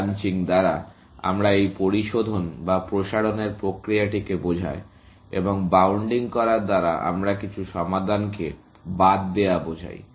branching দ্বারা আমরা এই পরিশোধন বা প্রসারণের প্রক্রিয়াটিকে বোঝায় এবং বাউন্ডিং করার দ্বারা আমরা কিছু সমাধানকে বাদ দেয়া বোঝাই